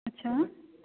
अच्छा